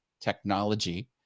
technology